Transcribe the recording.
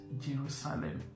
Jerusalem